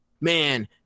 man